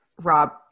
Rob